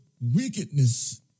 wickedness